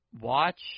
watch